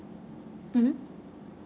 mmhmm